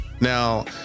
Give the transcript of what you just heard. Now